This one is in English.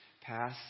pass